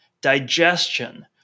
digestion